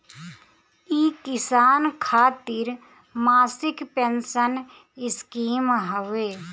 इ किसान खातिर मासिक पेंसन स्कीम हवे